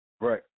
Right